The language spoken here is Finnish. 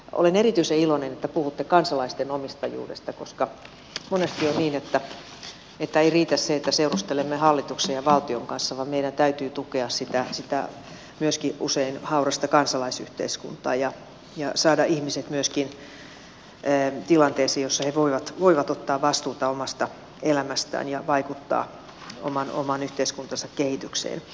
olen erityisen iloinen että puhutte kansalaisten omistajuudesta koska monesti on niin että ei riitä se että seurustelemme hallituksen ja valtion kanssa vaan meidän täytyy tukea myöskin sitä usein haurasta kansalaisyhteiskuntaa ja saada ihmiset myöskin tilanteisiin joissa he voivat ottaa vastuuta omasta elämästään ja vaikuttaa oman yhteiskuntansa kehitykseen